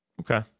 okay